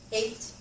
eight